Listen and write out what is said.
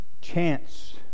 chance